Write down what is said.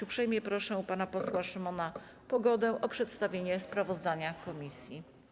Uprzejmie proszę pana posła Szymona Pogodę o przedstawienie sprawozdania komisji.